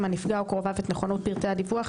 הנפגע או קרוביו את נכונות פרטי הדיווח,